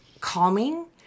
calming